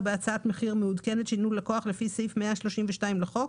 בהצעת מחיר מעודכנת שניתנה ללקוח לפי סעיף 132 לחוק,